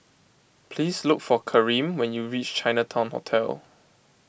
please look for Karyme when you reach Chinatown Hotel